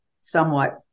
somewhat